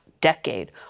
decade